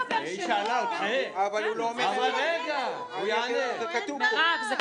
זה כתוב פה.